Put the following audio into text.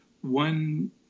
one